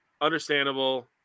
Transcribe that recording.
understandable